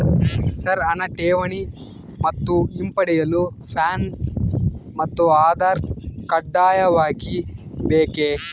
Sir ಹಣ ಠೇವಣಿ ಮತ್ತು ಹಿಂಪಡೆಯಲು ಪ್ಯಾನ್ ಮತ್ತು ಆಧಾರ್ ಕಡ್ಡಾಯವಾಗಿ ಬೇಕೆ?